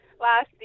last